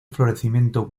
florecimiento